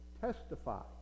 testify